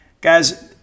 Guys